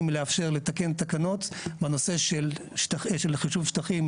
לאפשר לתקן תקנות בנושא של חישוב שטחים.